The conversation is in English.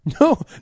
No